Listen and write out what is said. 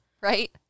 right